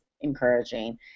encouraging